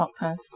podcast